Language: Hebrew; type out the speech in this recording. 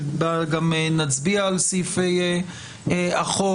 שבה גם נצביע על סעיפי החוק.